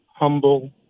humble